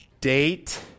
date